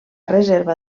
reserva